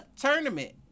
tournament